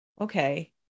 okay